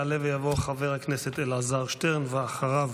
יעלה ויבוא חבר הכנסת אלעזר שטרן, ואחריו,